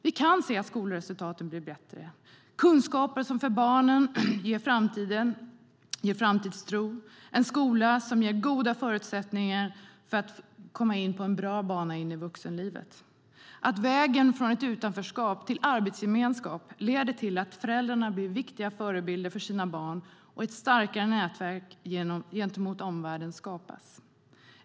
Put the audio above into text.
Vi kan se att skolresultaten blir bättre, och det innebär kunskaper som ger framtidstro för barnen. Skolan ger goda förutsättningar att komma in på en bra bana i vuxenlivet. Att man går från ett utanförskap till arbetsgemenskap leder till att föräldrarna blir viktiga förebilder för sina barn, och ett starkare nätverk gentemot omvärlden skapas.